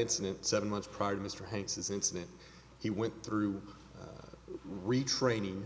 incident seven months prior to mr hanks is incident he went through retraining